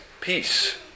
peace